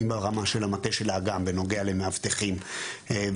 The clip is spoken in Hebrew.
אם ברמה של המטה של האג"מ בנוגע למאבטחים וכאלה,